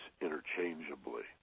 interchangeably